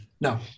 No